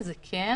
בסוף